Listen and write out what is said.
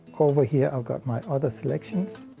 over here i've got my other selections,